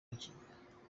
gukina